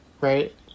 right